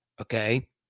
Okay